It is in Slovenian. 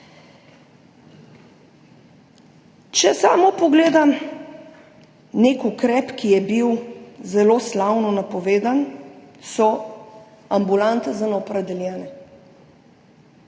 Če samo pogledam nek ukrep, ki je bil zelo slavno napovedan, to so ambulante za neopredeljene.